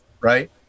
right